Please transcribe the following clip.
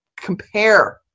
compare